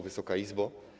Wysoka Izbo!